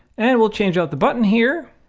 and we'll change out the button here.